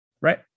right